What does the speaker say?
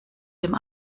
dem